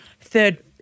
third